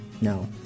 No